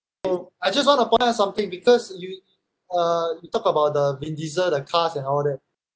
so I just want to point out something because you uh you talk about the vin diesel the cars and all that